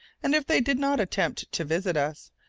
and if they did not attempt to visit us,